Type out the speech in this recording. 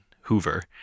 Hoover